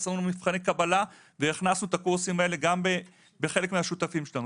עשינו להם מבחני קבלה והכנסנו את הקורסים האלה גם בחלק מהשותפים שלנו.